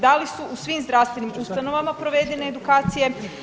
Da li su u svim zdravstvenim ustanovama provedene edukacije?